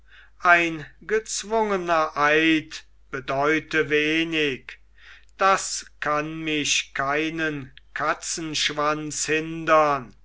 ein gezwungener eid bedeute wenig das kann mich keinen katzenschwanz hindern